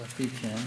לדעתי כן.